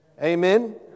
Amen